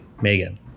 Megan